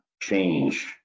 change